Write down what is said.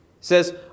says